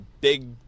big